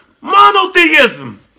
Monotheism